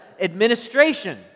administration